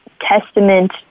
testament